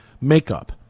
makeup